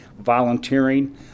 volunteering